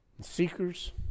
seekers